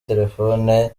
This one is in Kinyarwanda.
telefone